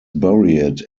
buried